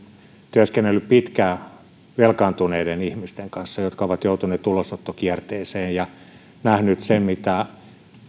työskennellyt pitkään velkaantuneiden ihmisten kanssa jotka ovat joutuneet ulosottokierteeseen ja nähnyt sen mitä